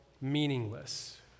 meaningless